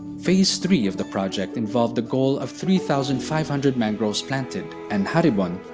phase three of the project involved the goal of three thousand five hundred mangroves planted, and haribon,